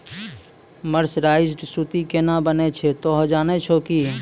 mercerised सूती केना बनै छै तोहों जाने छौ कि